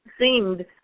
seemed